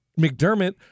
McDermott